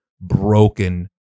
broken